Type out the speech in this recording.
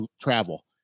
travel